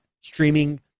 streaming